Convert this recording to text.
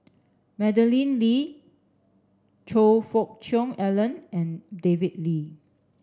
Madeleine Lee Choe Fook Cheong Alan and David Lee